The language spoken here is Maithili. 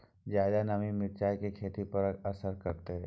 ज्यादा नमी मिर्चाय की खेती पर की असर करते?